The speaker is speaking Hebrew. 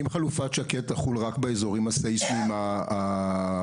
אם חלופת שקד תחול רק באזורים הססמיים משמעותיים,